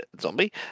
Zombie